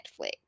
Netflix